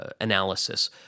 analysis